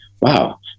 Wow